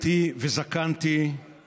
אפלתי מהמילה אפל.